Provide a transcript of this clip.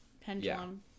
pendulum